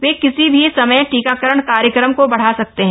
वे किसी भी समय टीकाकरण कार्यक्रम को बढ़ा सकते हैं